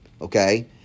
okay